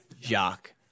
Jock